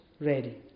ready